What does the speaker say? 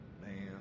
Man